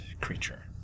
creature